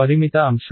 పరిమిత అంశం